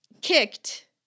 kicked